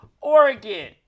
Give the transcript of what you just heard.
Oregon